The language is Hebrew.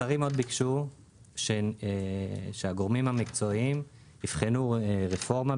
השרים ביקשו שהגורמים המקצועיים יבחנו רפורמה,